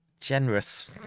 generous